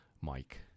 mike